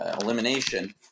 elimination